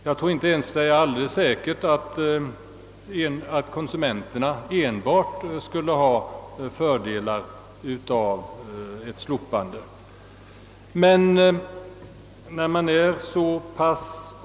Jag tror inte ens det är säkert att konsumenterna skulle ha enbart fördelar av ett dylikt slopande.